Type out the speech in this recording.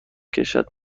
کشد